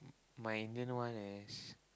my Indian one is